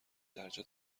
درجا